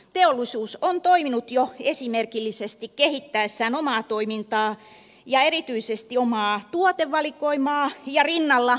teollisuus on toiminut jo esimerkillisesti kehittäessään omaa toimintaansa ja erityisesti omaa tuotevalikoimaansa ja rinnalla energiavalikoimaansa